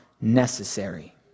necessary